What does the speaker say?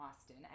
Austin